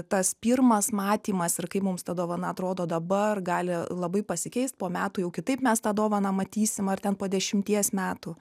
tas pirmas matymas ir kaip mums ta dovana atrodo dabar gali labai pasikeist po metų jau kitaip mes tą dovaną matysim ar ten po dešimties metų